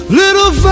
little